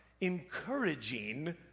encouraging